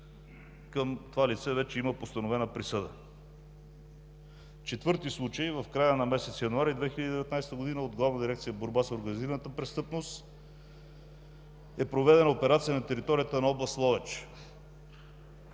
това лице вече има постановена присъда. Четвърти случай. В края на месец януари 2019 г. от Главна дирекция „Борба с организираната престъпност“ е проведена операция на територията на област Ловеч.